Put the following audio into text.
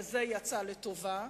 אבל זה יצא לטובה: